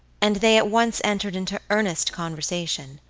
and they at once entered into earnest conversation.